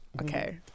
okay